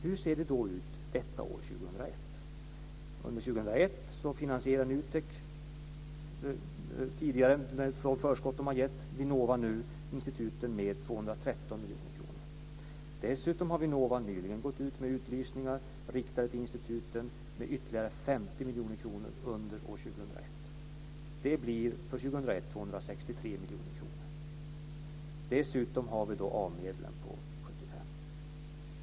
Hur ser det då åt detta år, år 2001? Under år 2001 finansierar NUTEK - tidigare från förskott som getts - Vinnovainstituten med 213 miljoner kronor. Dessutom har Vinnova nyligen gått ut med utlysningar riktade till instituten med ytterligare 50 miljoner kronor under år 2001. För år 2001 blir det 263 miljoner kronor. Dessutom har vi A-medlen på 75 miljoner kronor.